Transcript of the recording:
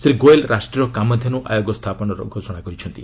ଶ୍ରୀ ଗୋୟଲ ରାଷ୍ଟ୍ରୀୟ କାମଧେନୁ ଆୟୋଗ ସ୍ଥାପନର ଘୋଷଣା କରିଛନ୍ତି